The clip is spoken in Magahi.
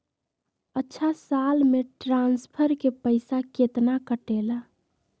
अछा साल मे ट्रांसफर के पैसा केतना कटेला?